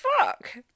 fuck